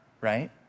right